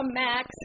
max